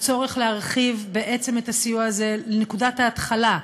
הצורך להרחיב בעצם את הסיוע הזה לנקודת ההתחלה,